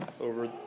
over